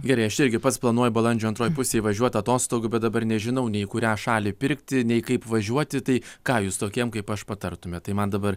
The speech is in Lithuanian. gerai aš irgi pats planuoju balandžio antroj pusėj važiuot atostogų bet dabar nežinau nei į kurią šalį pirkti nei kaip važiuoti tai ką jūs tokiem kaip aš patartumėt tai man dabar